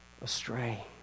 astray